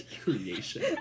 Creation